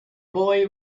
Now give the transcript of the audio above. boy